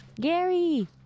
Gary